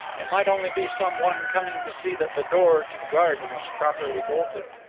it might only be some one coming to see that the door to the garden was properly bolted.